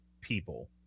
people